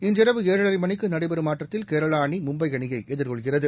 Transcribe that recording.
இன்றிரவு ஏழரைமணிக்குநடைபெறும் ஆட்டத்தில் கேரளாஅணிமும்பைஅணியைஎதிர்கொள்கிறது